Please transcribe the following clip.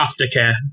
aftercare